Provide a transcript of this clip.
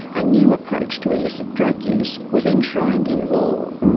a new approach to illicit drug use was enshrined in law.